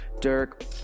dirk